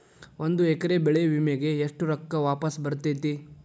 ಒಂದು ಎಕರೆ ಬೆಳೆ ವಿಮೆಗೆ ಎಷ್ಟ ರೊಕ್ಕ ವಾಪಸ್ ಬರತೇತಿ?